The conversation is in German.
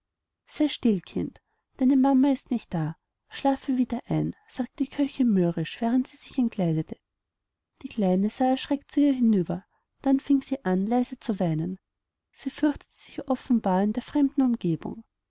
still kind deine mutter ist nicht da schlafe wieder ein sagte die köchin mürrisch während sie sich entkleidete die kleine sah erschreckt zu ihr hinüber dann fing sie an leise zu weinen sie fürchtete sich offenbar in der fremden umgebung